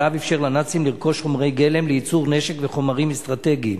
הזהב אפשר לנאצים לרכוש חומרי גלם לייצור נשק וחומרים אסטרטגיים.